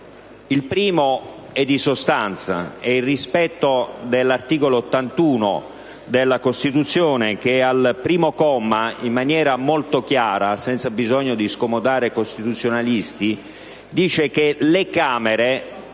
Il primo è di sostanza, e riguarda il rispetto dell'articolo 81 della Costituzione, che al primo comma, in maniera molto chiara, senza bisogno di scomodare i costituzionalisti, dice che «le Camere»